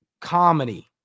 comedy